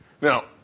Now